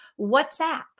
WhatsApp